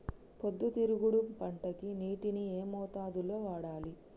పొద్దుతిరుగుడు పంటకి నీటిని ఏ మోతాదు లో వాడాలి?